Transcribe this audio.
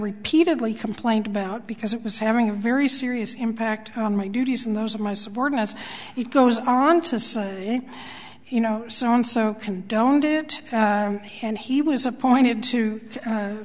repeatedly complained about because it was having a very serious impact on my duties and those of my subordinates it goes on to say you know so and so condoned it and he was appointed